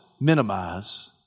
minimize